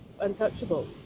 untouchable